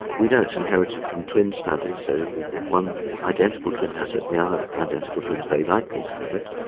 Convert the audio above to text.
we know it's inherited from twin studies, so if one identical twin has it the other identical twin is very likely to have it.